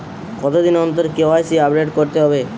কতদিন অন্তর KYC update করতে হবে?